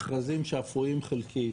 מכרזים שאפויים חלקית,